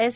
S